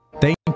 Thank